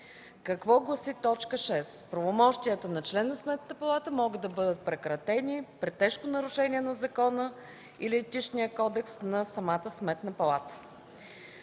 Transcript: Какво гласи т. 6 – правомощията на член на Сметната палата могат да бъдат прекратени при тежко нарушение на закона или Етичния кодекс на самата Сметна палата.